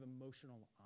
emotional